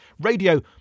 Radio